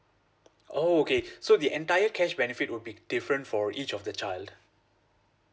okay so the entire cash benefit would be different for each of the child